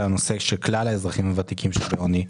לנושא של כלל האזרחים הוותיקים בקו העוני,